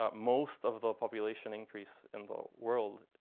ah most of the population increase in the world